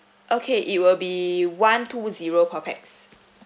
okay it will be one two zero per pax